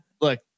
Look